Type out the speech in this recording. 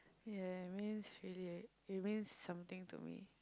ya I means really it means something to me